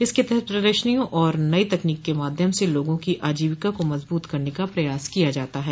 इसके तहत प्रदर्शनियों और नई तकनीक के माध्यम से लोगों की आजीवका को मजबूत करने का प्रयास किया जाता है